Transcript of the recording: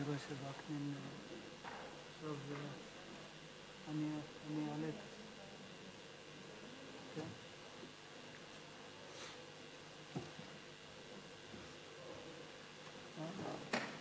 אדוני